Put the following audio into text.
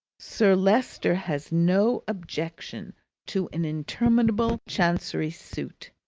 sir leicester has no objection to an interminable chancery suit.